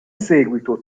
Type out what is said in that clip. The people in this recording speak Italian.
seguito